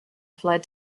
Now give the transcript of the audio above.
fled